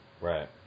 Right